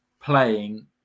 playing